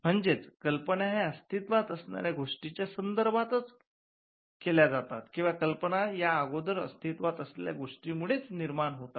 म्हणजेच कल्पना या अस्तित्वात असणाऱ्या गोष्टींच्या संदर्भातच केल्या जातात किंवा कल्पना या अगोदर अस्तित्वात असलेल्या गोष्टींमुळे च निर्माण होतात